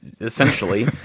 essentially